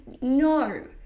No